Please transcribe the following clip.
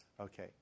Okay